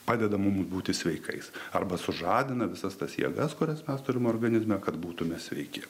padeda mums būti sveikais arba sužadina visas tas jėgas kurias mes turime organizme kad būtumėme sveiki